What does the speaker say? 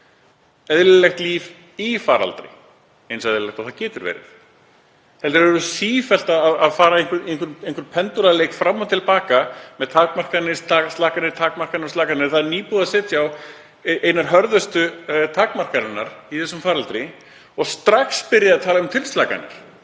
eðlilegt líf í faraldri, eins eðlilegt og það getur verið, heldur er sífellt verið að fara í einhvern pendúlaleik fram og til baka með takmarkanir, slakanir, takmarkanir og slakanir. Það er nýbúið að setja á einar hörðustu takmarkanir í þessum faraldri og strax byrjað að tala um tilslakanir.